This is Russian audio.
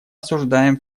осуждаем